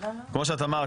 כמו שאמרת,